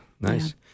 nice